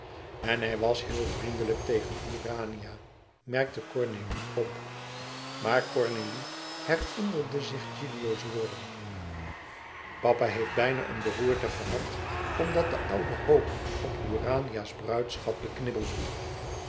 en hij was heel vriendelijk tegen urania merkte cornélie op maar cornélie herinnerde zich gilio's woorden papa heeft bijna een beroerte gehad omdat de oude hope op urania's bruidschat beknibbelde